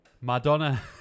Madonna